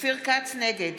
נגד